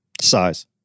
Size